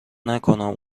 نکنم